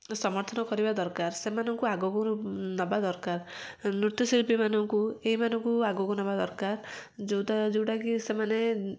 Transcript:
ସମର୍ଥନ କରିବା ଦରକାର ସେମାନଙ୍କୁ ଆଗକୁ ନବା ଦରକାର ନୃତ୍ୟଶିଳ୍ପୀ ମାନଙ୍କୁ ଏଇମାନଙ୍କୁ ଆଗକୁ ନବା ଦରକାର ଯେଉଁଟା ଯେଉଁଟାକି ସେମାନେ